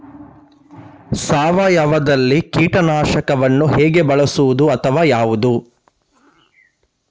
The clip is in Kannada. ಸಾವಯವದಲ್ಲಿ ಕೀಟನಾಶಕವನ್ನು ಹೇಗೆ ಬಳಸುವುದು ಅಥವಾ ಯಾವುದು?